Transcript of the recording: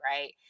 right